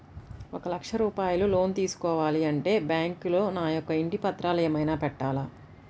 ఒక లక్ష రూపాయలు లోన్ తీసుకోవాలి అంటే బ్యాంకులో నా యొక్క ఇంటి పత్రాలు ఏమైనా పెట్టాలా?